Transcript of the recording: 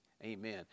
Amen